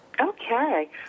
Okay